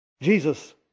Jesus